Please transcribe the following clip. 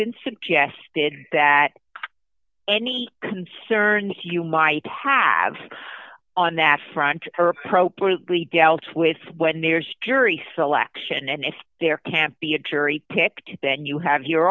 been suggested that any concern to you might have on that front or appropriately doubts with when there's jury selection and if there can't be a jury picked then you have your